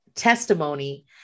testimony